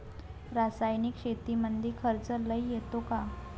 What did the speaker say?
रासायनिक शेतीमंदी खर्च लई येतो का?